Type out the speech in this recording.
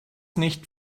nicht